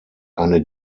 eine